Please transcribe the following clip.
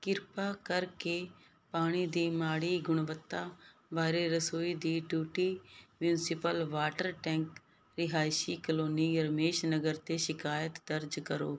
ਕਿਰਪਾ ਕਰਕੇ ਪਾਣੀ ਦੀ ਮਾੜੀ ਗੁਣਵੱਤਾ ਬਾਰੇ ਰਸੋਈ ਦੀ ਟੂਟੀ ਮਿਊਂਸਪਲ ਵਾਟਰ ਟੈਂਕ ਰਿਹਾਇਸ਼ੀ ਕਲੋਨੀ ਰਮੇਸ਼ ਨਗਰ 'ਤੇ ਸ਼ਿਕਾਇਤ ਦਰਜ ਕਰੋ